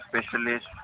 specialist